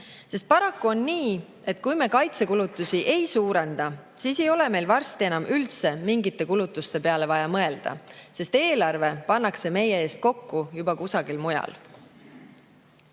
Sest paraku on nii, et kui me kaitsekulutusi ei suurenda, siis ei ole meil varsti enam üldse mingite kulutuste peale vaja mõelda, sest eelarve pannakse meie eest kokku juba kusagil mujal.